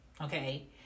Okay